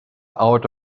out